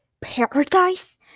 Paradise